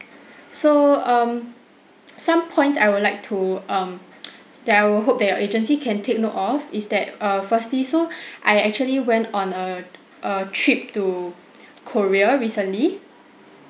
so um some points I would like to um that I will hope that your agency can take note of is that err firstly so I actually went on a a trip to korea recently